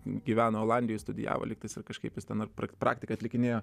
gyveno olandijoje studijavo lygtais ir kažkaip jis ten ir praktiką atlikinėjo